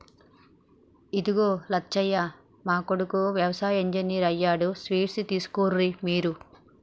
ఇదిగో లచ్చయ్య మా కొడుకు యవసాయ ఇంజనీర్ అయ్యాడు స్వీట్స్ తీసుకోర్రి మీరు